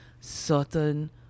certain